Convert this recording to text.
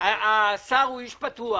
השר הוא איש פתוח.